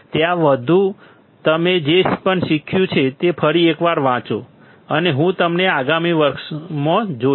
ત્યાં સુધી તમે મેં જે પણ શીખવ્યું છે તે ફરી એકવાર વાંચો અને હું તમને આગામી વર્ગમાં જોઈશ